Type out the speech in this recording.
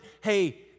hey